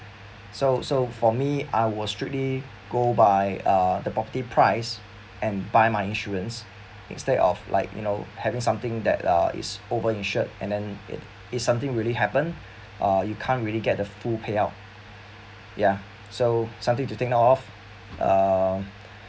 so so for me I will strictly go by uh the property price and buy my insurance instead of like you know having something that uh is over insured and then it if something really happen uh you can't really get the full payout ya so something to think now of um